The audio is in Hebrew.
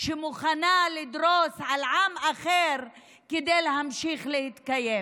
שמוכנה לדרוס עם אחר כדי להמשיך להתקיים.